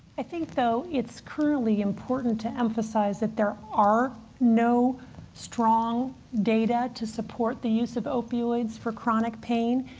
i think, though, it's currently important to emphasize that there are no strong data to support the use of opioids for chronic pain.